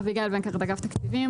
שמי אביגיל ונקרט, אגף התקציבים.